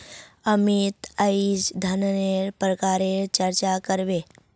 अमित अईज धनन्नेर प्रकारेर चर्चा कर बे